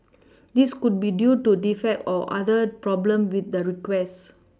this could be due to defect or other problem with the request